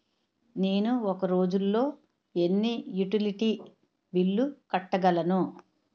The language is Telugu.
నేను ఒక రోజుల్లో ఎన్ని యుటిలిటీ బిల్లు కట్టగలను?